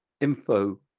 info